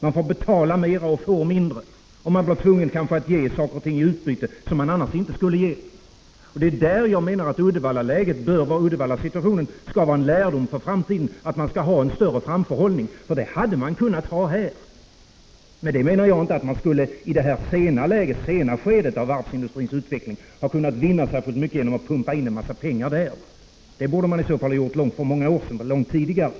Man får betala mer och får mindre. Man blir kanske tvungen att ge saker och ting i utbyte som man annars inte skulle ge. Det är i det avseendet jag menar att man skall dra lärdom för framtiden av Uddevallasituationen och ha en större framförhållning. Det hade man kunnat ha i Uddevalla. Jag menar inte att man i det sena skedet av varvsindustrins utveckling hade kunnat vinna särskilt mycket genom att pumpa in en massa pengar där. Det borde man i så fall ha gjort för många år sedan, långt tidigare.